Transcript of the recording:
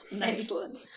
Excellent